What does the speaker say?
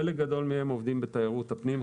חלק גדול מהם עובדים בתיירות הפנים,